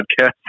podcast